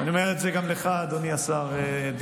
אני אומר את זה גם לך, אדוני השר דיכטר.